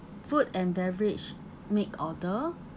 food and beverage make order